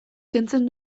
kentzen